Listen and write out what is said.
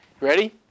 Ready